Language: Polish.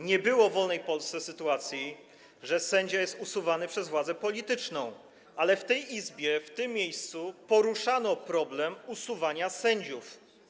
Nie było w wolnej Polsce sytuacji, że sędzia jest usuwany przez władzę polityczną, ale w tej Izbie, w tym miejscu, poruszano problem usuwania sędziów.